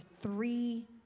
three